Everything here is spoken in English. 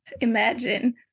imagine